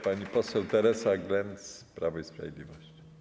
Pani poseł Teresa Glenc, Prawo i Sprawiedliwość.